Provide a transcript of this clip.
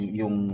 yung